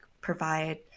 provide